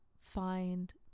find